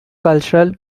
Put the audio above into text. cultural